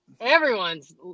everyone's